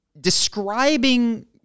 describing